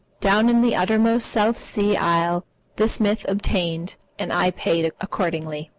down in the uttermost south sea isle this myth obtained, and i paid accordingly.